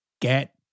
Get